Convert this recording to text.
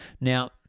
Now